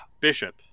Bishop